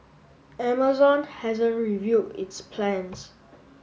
Amazon hasn't revealed its plans